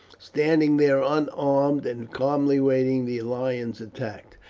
standing there unarmed and calmly waiting the lion's attack,